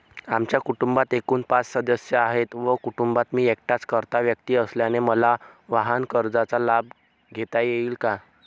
आमच्या कुटुंबात एकूण पाच सदस्य आहेत व कुटुंबात मी एकटाच कर्ता व्यक्ती असल्याने मला वाहनकर्जाचा लाभ घेता येईल का?